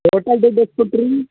total ದುಡ್ಡು ಎಷ್ಟು ಕೊಡ್ತ್ರೀ